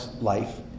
life